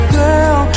girl